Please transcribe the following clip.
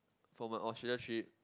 for my Australia trip